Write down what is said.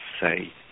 say